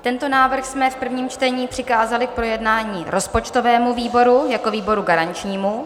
Tento návrh jsme v prvním čtení přikázali k projednání rozpočtovému výboru jako výboru garančnímu.